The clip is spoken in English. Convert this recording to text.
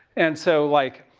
and so like,